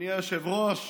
אדוני היושב-ראש,